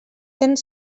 cent